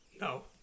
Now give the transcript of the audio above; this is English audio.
No